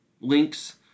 links